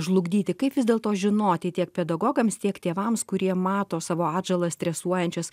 žlugdyti kaip vis dėlto žinoti tiek pedagogams tiek tėvams kurie mato savo atžalą stresuojančias